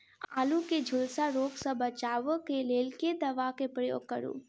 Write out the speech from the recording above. आलु केँ झुलसा रोग सऽ बचाब केँ लेल केँ दवा केँ प्रयोग करू?